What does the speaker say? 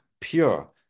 pure